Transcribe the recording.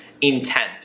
intent